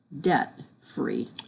debt-free